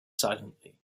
silently